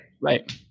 Right